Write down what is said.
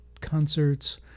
concerts